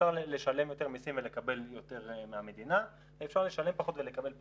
אפשר לשלם יותר מיסים ולקבל יותר מהמדינה ואפשר לשלם פחות ולקבל פחות.